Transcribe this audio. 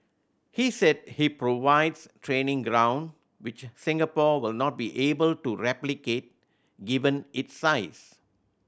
he said he provides training ground which Singapore will not be able to replicate given its size